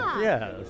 Yes